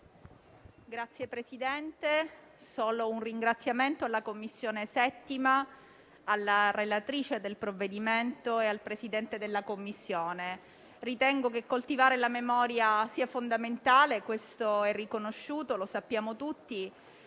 Signor Presidente, rivolgo un ringraziamento alla 7a Commissione, alla relatrice del provvedimento e al Presidente della Commissione stessa. Ritengo che coltivare la memoria sia fondamentale: questo è riconosciuto e lo sappiamo tutti.